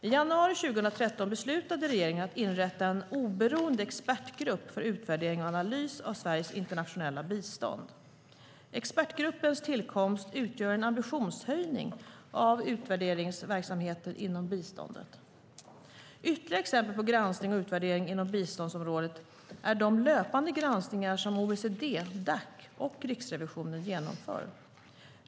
I januari 2013 beslutade regeringen att inrätta en oberoende expertgrupp för utvärdering och analys av Sveriges internationella bistånd. Expertgruppens tillkomst utgör en ambitionshöjning av utvärderingsverksamheten inom biståndet . Ytterligare exempel på granskning och utvärdering inom biståndsområdet är de löpande granskningar som OECD-Dac och Riksrevisionen genomför.